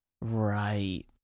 Right